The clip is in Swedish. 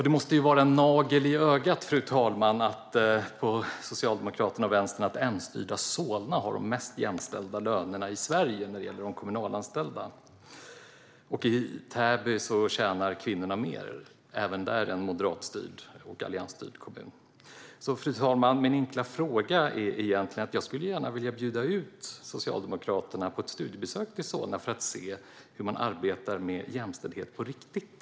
Det måste ju vara en nagel i ögat på Socialdemokraterna och Vänstern att M-styrda Solna har de mest jämställda lönerna i Sverige när det gäller kommunalanställda. I Täby tjänar kvinnorna mer, och även det är en moderatstyrd och alliansstyrd kommun. Min enkla fråga är egentligen en inbjudan. Jag skulle gärna vilja bjuda ut Socialdemokraterna på ett studiebesök till Solna för att se hur man arbetar med jämställdhet på riktigt.